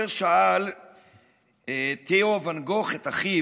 כאשר שאל תיאו ואן גוך את אחיו,